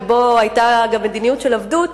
ושם היתה גם מדיניות של עבדות,